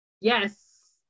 Yes